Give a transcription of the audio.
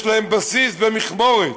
יש להם בסיס במכמורת.